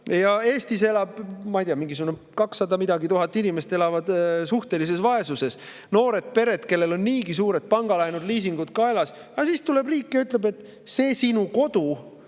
Eestis elab, ma ei tea, mingisugune 200 000 inimest suhtelises vaesuses, noored pered, kellel on niigi suured pangalaenud-liisingud kaelas. Aga siis tuleb riik ja ütleb, et selle sinu kodu,